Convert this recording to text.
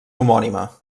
homònima